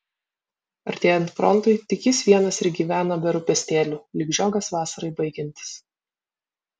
artėjant frontui tik jis vienas ir gyveno be rūpestėlių lyg žiogas vasarai baigiantis